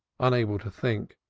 unable to think,